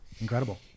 Incredible